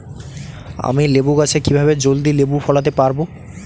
আমি লেবু গাছে কিভাবে জলদি লেবু ফলাতে পরাবো?